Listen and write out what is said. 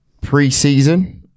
Pre-season